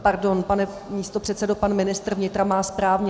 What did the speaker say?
Pardon, pane místopředsedo, pan ministr vnitra mě opravil správně.